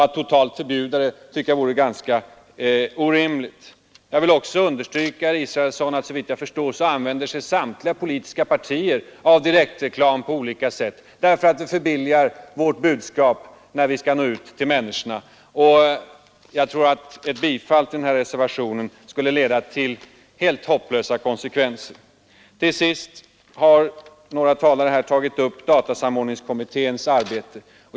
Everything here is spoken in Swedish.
Att totalt förbjuda dem tycker jag vara orimligt. Jag vill också understryka, herr Israelsson, att samtliga politiska partier såvitt jag förstår använder sig av direktreklam på olika sätt, därför att det förbilligar vårt budskap när vi vill nå ut till människorna. Jag tror att ett bifall till denna reservation skulle leda till helt hopplösa konsekvenser. Några talare har tagit upp datasamordningskommitténs arbete.